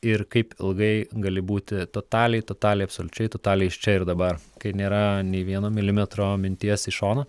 ir kaip ilgai gali būti totaliai totaliai absoliučiai totaliai iš čia ir dabar kai nėra nei vieno milimetro minties į šoną